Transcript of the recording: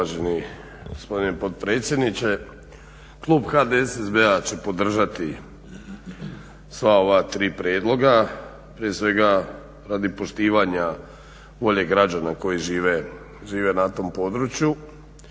Uvaženi gospodine potpredsjedniče. Klub HDSSB-a će podržati sva ova tri prijedloga, prije svega radi poštivanja volje građana koji žive na tom području,